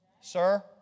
Sir